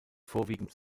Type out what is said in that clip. vorwiegend